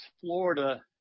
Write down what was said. Florida